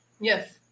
Yes